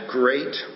great